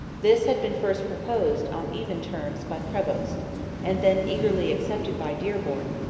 this had been first proposed, on even terms, by prevost and then eagerly accepted by dearborn,